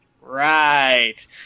Right